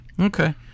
Okay